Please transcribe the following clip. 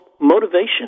motivation